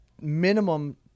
minimum